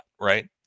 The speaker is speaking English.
right